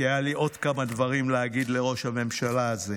כי היו לי עוד כמה דברים להגיד לראש הממשלה הזה,